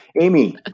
Amy